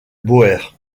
bauer